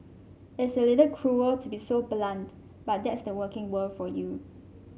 it's a little cruel to be so blunt but that's the working world for you